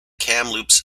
kamloops